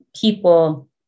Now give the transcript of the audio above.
people